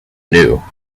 new